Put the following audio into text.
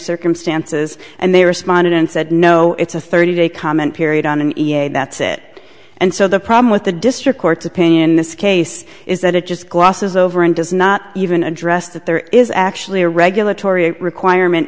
circumstances and they responded and said no it's a thirty day comment period on and that's it and so the problem with the district court's opinion in this case is that it just glosses over and does not even address that there is actually a regulatory requirement